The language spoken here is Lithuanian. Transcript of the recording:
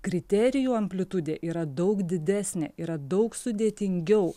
kriterijų amplitudė yra daug didesnė yra daug sudėtingiau